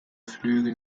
flüge